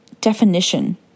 definition